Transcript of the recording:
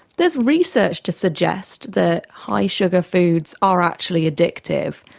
there is research to suggest that high sugar foods are actually addictive.